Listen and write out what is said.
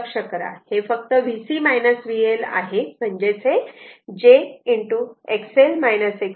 हे फक्त VC VL आहे म्हणजेच j I आहे